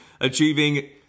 achieving